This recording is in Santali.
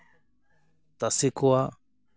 ᱛᱟᱥᱮ ᱠᱚᱣᱟ